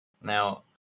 Now